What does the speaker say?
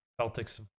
Celtics